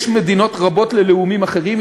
יש מדינות רבות ללאומים אחרים,